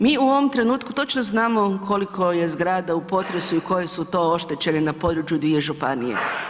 Mi u ovom trenutku točno znamo koliko je zgrada u potresu i koje su to oštećene na području 2 županije.